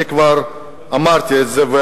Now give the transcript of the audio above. אני כבר אמרתי את זה.